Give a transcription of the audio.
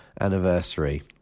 anniversary